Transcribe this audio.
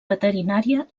veterinària